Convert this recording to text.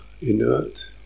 Inert